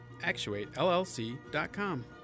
Actuatellc.com